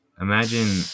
Imagine